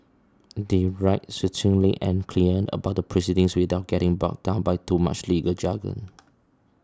they write succinctly and clearly about the proceedings without getting bogged down by too much legal jargon